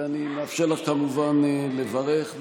ואני מאפשר לך כמובן לברך.